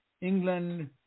England